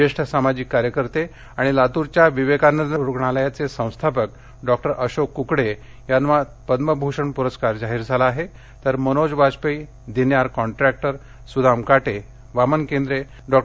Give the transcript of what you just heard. ज्येष्ठ सामाजिक कार्यकर्ते आणि लातूरच्या विवेकानंद रुग्णालयाचे संस्थापक डॉक्टर अशोक कुकडे यांना पद्मभूषण पुरस्कार जाहीर झाला आहे तर मनोज वाजपेयी दिन्यार काँट्रॅक्टर सुदाम काटे वामन केंद्रे डॉ